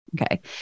Okay